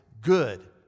good